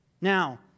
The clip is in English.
Now